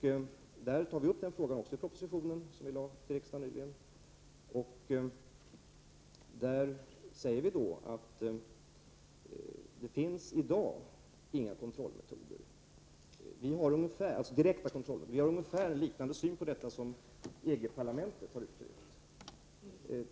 I den proposition som vi skall lägga fram för riksdagen tar vi också upp den frågan. Vi säger där att det i dag inte finns några direkta kontrollmetoder. Vi har ungefär samma syn i detta avseende som EG-parlamentet har uttryckt.